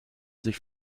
sich